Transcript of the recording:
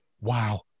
Wow